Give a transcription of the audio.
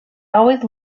always